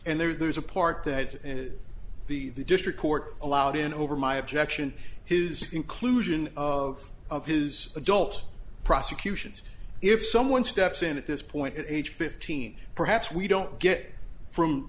and there's a part that the district court allowed in over my objection his inclusion of of his adult prosecutions if someone steps in at this point at age fifteen perhaps we don't get from